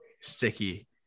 sticky